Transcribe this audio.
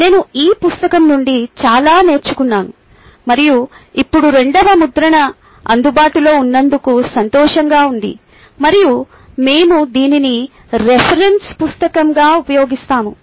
నేను ఈ పుస్తకం నుండి చాలా నేర్చుకున్నాను మరియు ఇప్పుడు రెండవ ముద్రణ అందుబాటులో ఉన్నందుకు సంతోషంగా ఉంది మరియు మేము దీనిని రిఫరెన్స్ పుస్తకంగా ఉపయోగిస్తాము